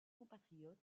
compatriotes